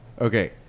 Okay